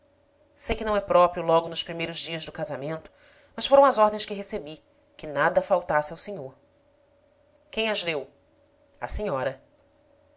sei que não é próprio logo nos primeiros dias do casamento mas foram as ordens que recebi que nada faltasse ao senhor quem as deu a senhora